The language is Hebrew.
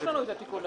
יש לנו את התיקון,